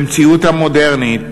במציאות המודרנית